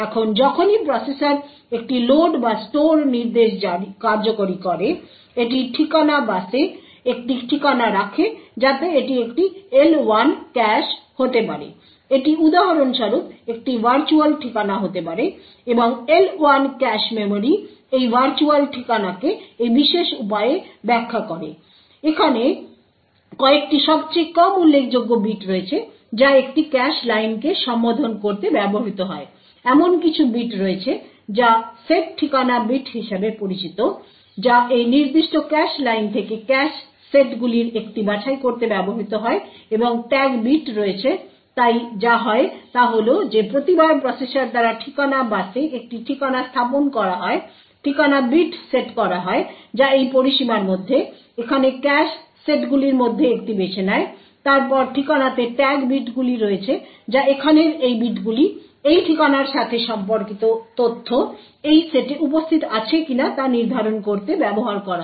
এখন যখনই প্রসেসর একটি লোড বা স্টোর নির্দেশ কার্যকরি করে এটি ঠিকানা বাসে একটি ঠিকানা রাখে যাতে এটি একটি L1 ক্যাশ হতে পারে এটি উদাহরণস্বরূপ একটি ভার্চুয়াল ঠিকানা হতে পারে এবং L1 ক্যাশ মেমরি এই ভার্চুয়াল ঠিকানাকে এই বিশেষ উপায়ে ব্যাখ্যা করে এখানে কয়েকটি সবচেয়ে কম উল্লেখযোগ্য বিট রয়েছে যা একটি ক্যাশ লাইনকে সম্বোধন করতে ব্যবহৃত হয় এমন কিছু বিট রয়েছে যা সেট ঠিকানা বিট হিসাবে পরিচিত যা এই নির্দিষ্ট ক্যাশ লাইন থেকে ক্যাশ সেটগুলির একটি বাছাই করতে ব্যবহৃত হয় এবং ট্যাগ বিট রয়েছে তাই যা হয় তা হল যে প্রতিবার প্রসেসর দ্বারা ঠিকানা বাসে একটি ঠিকানা স্থাপন করা হয় ঠিকানা বিট সেট করা হয় যা এই পরিসীমার মধ্যে এখানে এই ক্যাশ সেটগুলির মধ্যে একটি বেছে নেয় তারপর ঠিকানাতে ট্যাগ বিটগুলি রয়েছে যা এখানের এই বিটগুলি এই ঠিকানার সাথে সম্পর্কিত তথ্য এই সেটে উপস্থিত আছে কিনা তা নির্ধারণ করতে ব্যবহার করা হয়